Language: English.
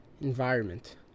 environment